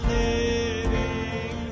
living